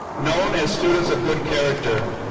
known as students of good character.